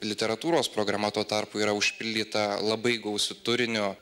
literatūros programa tuo tarpu yra užpildyta labai gausiu turiniu